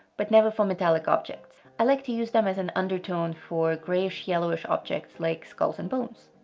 but never for metallic objects. i like to use them as an undertone for greyish-yellowish objects like skulls and bones.